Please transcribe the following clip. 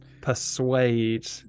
persuade